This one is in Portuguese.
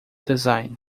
design